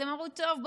אז הם אמרו: טוב,